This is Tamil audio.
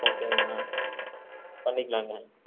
ஓகேங்க பண்ணிக்கலாம்ங்க